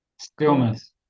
Stillness